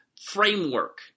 framework